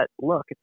look